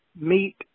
meet